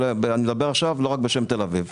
ואני מדבר עכשיו לא רק בשם תל אביב.